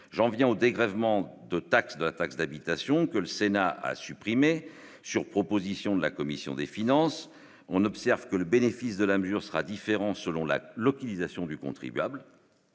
j'en viens au dégrèvement de taxe de la taxe d'habitation, que le Sénat a supprimé, sur proposition de la commission des finances, on observe que le bénéfice de la mesure sera différent selon la localisation du contribuable